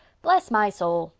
bless my soul.